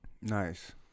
Nice